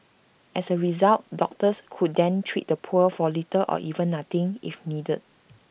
as A result doctors could then treat the poor for little or even nothing if needed